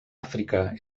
àfrica